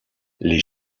les